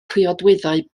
priodweddau